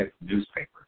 newspapers